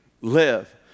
live